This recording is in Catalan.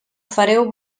fareu